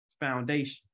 foundation